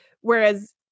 Whereas